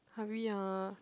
hurry ah